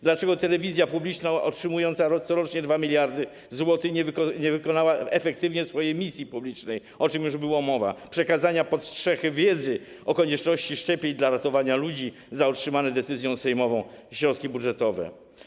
Dlaczego telewizja publiczna otrzymująca corocznie 2 mld zł nie wykonała efektywnie swojej misji publicznej - o czym już była mowa - polegającej na przekazaniu pod strzechy wiedzy o konieczności szczepień dla ratowania ludzi za otrzymane decyzją sejmową środki budżetowe?